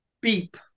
beep